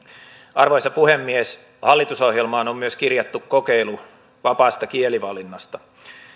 arvoisa puhemies hallitusohjelmaan on myös kirjattu kokeilu vapaasta kielivalinnasta